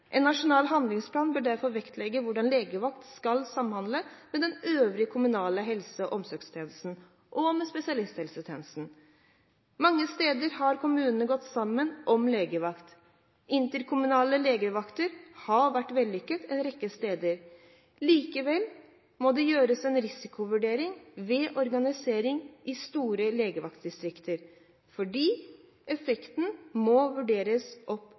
En nasjonal handlingsplan bør derfor vektlegge hvordan legevakt skal samhandle med den øvrige kommunale helse- og omsorgstjenesten og med spesialisthelsetjenesten. Mange steder har kommuner gått sammen om legevakt. Interkommunale legevakter har vært vellykket en rekke steder. Likevel må det gjøres en risikovurdering ved organisering i store legevaktdistrikter, fordi effekten må vurderes opp